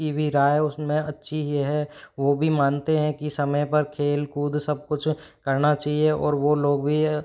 की भी राय उसमें अच्छी ही है वो भी मानते हैं कि समय पर खेल कूद सब कुछ करना चाहिए और वो लोग भी